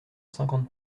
cinquante